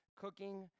cooking